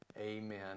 Amen